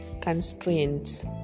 constraints